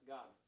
God